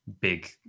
big